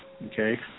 Okay